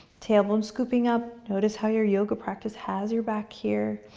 tailbone scooping up. notice how your yoga practice has your back here.